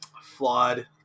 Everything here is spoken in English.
flawed